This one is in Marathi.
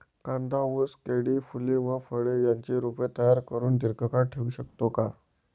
कांदा, ऊस, केळी, फूले व फळे यांची रोपे तयार करुन दिर्घकाळ ठेवू शकतो का?